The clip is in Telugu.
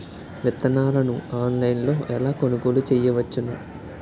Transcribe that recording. విత్తనాలను ఆన్లైన్లో ఎలా కొనుగోలు చేయవచ్చున?